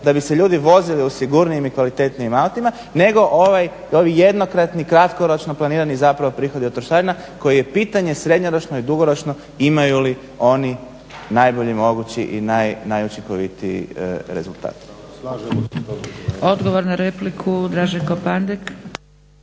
da bi se ljudi vozili u sigurnijim i kvalitetnijim autima, nego ovi jednokratni, kratkoročno planirani, zapravo prihodi od trošarina koje je pitanje srednjoročno i dugoročno imaju li oni najbolji mogući i najučinkovitiji rezultat. **Zgrebec, Dragica (SDP)** Odgovor na repliku Draženko Pandek.